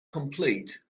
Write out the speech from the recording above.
complete